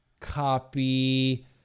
Copy